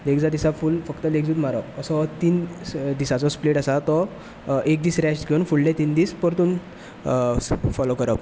फूल फक्त लेग्सूच मारप असो दिसाचो स्प्लिट आसा तो एक दीस रेस्ट घेवन फोलो करप